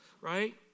right